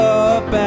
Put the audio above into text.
up